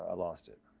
ah lost it.